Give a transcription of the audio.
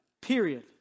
Period